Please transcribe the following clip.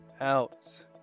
out